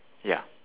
ya